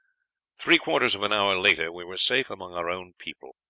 three quarters of an hour later we were safe among our own people.